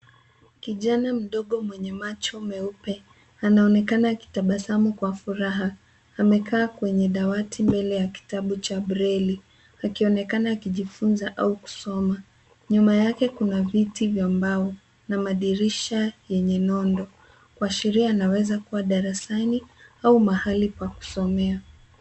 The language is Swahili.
Kijana mdogo mwenye macho meupe anaonekana akitabasamu kwa furaha. Amekaa kwenye dawati mbele ya kitabu cha breli, akionekana akijifunza au kusoma. Nyuma yake kuna viti za mbao na madirisha yenye nondo, kuashiria anaeza kuwa darasani au pahali pa kusomea.